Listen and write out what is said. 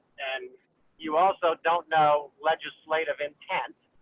and you also don't know legislative intent.